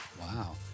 Wow